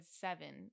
seven